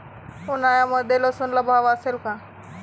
उन्हाळ्यामध्ये लसूणला भाव असेल का?